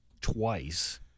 twice